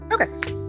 okay